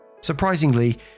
Surprisingly